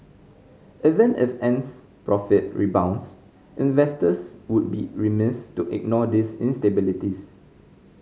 even if Ant's profit rebounds investors would be remiss to ignore these instabilities